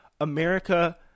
America